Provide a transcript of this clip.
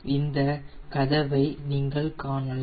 இந்த கதவை நீங்கள் காணலாம்